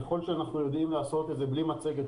ככל שאנחנו יודעים לעשות את זה בלי מצגת,